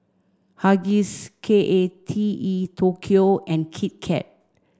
Huggies K A T E Tokyo and Kit Kat